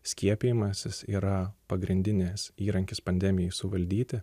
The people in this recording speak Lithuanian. skiepijimasis yra pagrindinis įrankis pandemijai suvaldyti